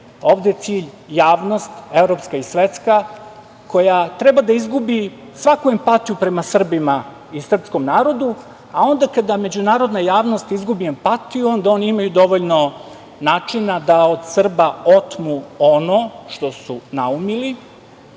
ovde je cilj javnost evropska i svetska koja treba da izgubi svaku empatiju prema Srbima i srpskom narodu, a onda kada međunarodna javnost izgubi empatiju onda oni imaju dovoljno načina da od Srba otmu ono što su naumili,